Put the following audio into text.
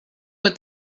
what